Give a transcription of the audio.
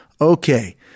okay